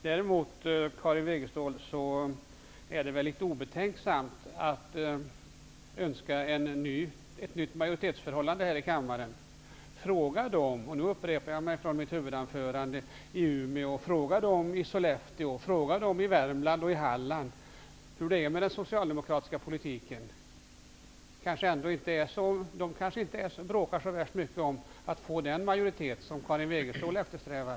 Däremot är det väl litet obetänksamt, Karin Wegestål, att önska ett nytt majoritetsförhållande här i kammaren. Fråga dem som bor i -- nu upprepar jag mig från mitt huvudanförande -- Umeå, Sollefteå, Värmland och Halland hur det är med den socialdemokratiska politiken. De kanske inte bråkar så värst mycket om att få den majoritet som Karin Wegestål eftersträvar.